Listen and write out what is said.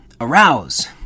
Arouse